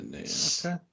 Okay